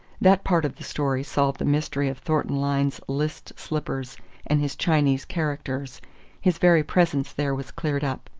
that part of the story solved the mystery of thornton lyne's list slippers and his chinese characters his very presence there was cleared up.